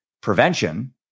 prevention